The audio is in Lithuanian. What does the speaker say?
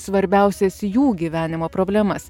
svarbiausias jų gyvenimo problemas